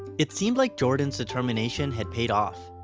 it seemed like jordan's determination had paid off.